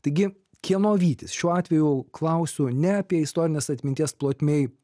taigi kieno vytis šiuo atveju klausiu ne apie istorinės atminties plotmėj